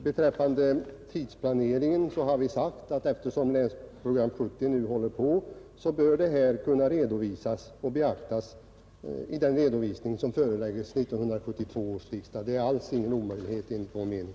Beträffande tidsplaneringen har vi sagt att eftersom arbetet med Länsprogram 1970 nu pågår, bör detta beaktas i den redovisning som föreläggs 1972 års riksdag. Det är inte alls någon omöjlighet enligt vår mening.